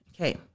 Okay